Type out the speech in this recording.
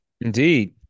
Indeed